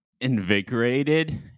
invigorated